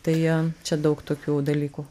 tai čia daug tokių dalykų